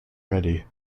ready